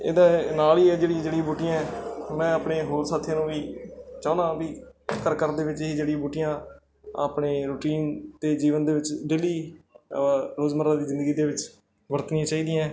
ਅਤੇ ਇਹਦੇ ਨਾਲ ਹੀ ਇਹ ਜਿਹੜੀ ਜੜੀ ਬੂਟੀਆਂ ਹੈ ਮੈਂ ਆਪਣੇ ਹੋਰ ਸਾਥੀਆਂ ਨੂੰ ਵੀ ਚਾਹੁੰਦਾ ਵੀ ਘਰ ਘਰ ਦੇ ਵਿੱਚ ਹੀ ਜੜੀ ਬੂਟੀਆਂ ਆਪਣੇ ਰੂਟੀਨ ਅਤੇ ਜੀਵਨ ਦੇ ਵਿੱਚ ਡੇਲੀ ਰੋਜ਼ਮੱਰਾ ਦੀ ਜ਼ਿੰਦਗੀ ਦੇ ਵਿੱਚ ਵਰਤਣੀਆਂ ਚਾਹੀਦੀਆਂ